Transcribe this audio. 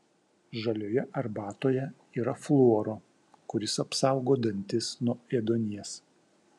žalioje arbatoje yra fluoro kuris apsaugo dantis nuo ėduonies